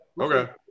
Okay